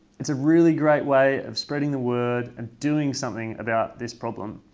it's a really great way of spreading the word and doing something about this problem.